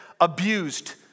abused